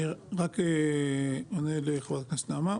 אני רק אענה לחברת הכנסת לזימי: